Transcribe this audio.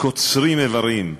קוצרים איברים.